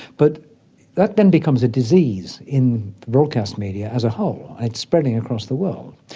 but that then becomes a disease in broadcast media as a whole and it's spreading across the world,